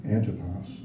Antipas